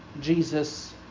Jesus